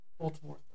Baltimore